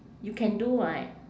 you can do right